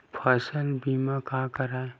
फसल बीमा का हरय?